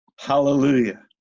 Hallelujah